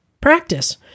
practice